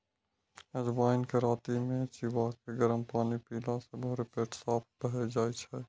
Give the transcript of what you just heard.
अजवाइन कें राति मे चिबाके गरम पानि पीला सं भोरे पेट साफ भए जाइ छै